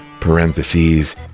parentheses